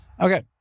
Okay